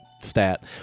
stat